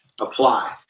apply